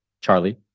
Charlie